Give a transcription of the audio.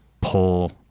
pull